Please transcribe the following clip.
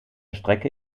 strecke